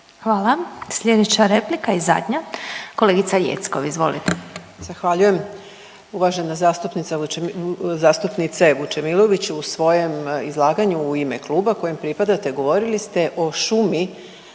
(SDP)** Slijedeća replika i zadnja, kolegica Jeckov, izvolite. **Jeckov, Dragana (SDSS)** Zahvaljujem. Uvažena zastupnice Vučemilović u svojem izlaganju u ime kluba kojem pripadate govorili ste o šumi